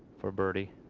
for birdie.